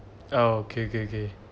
oh okay okay okay